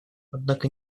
однако